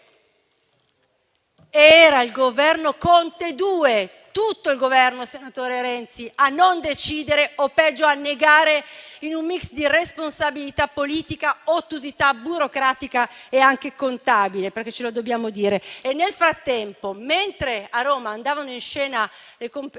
Era il Governo Conte II - tutto il Governo, senatore Renzi - a non decidere o, peggio, a negare, in un *mix* di responsabilità politica, ottusità burocratica e anche contabile. Questo ce lo dobbiamo dire. Nel frattempo, mentre a Roma andavano in scena le conferenze